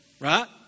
right